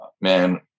man